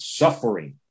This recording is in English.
suffering